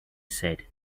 said